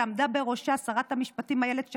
שעמדה בראשה שרת המשפטים אילת שקד,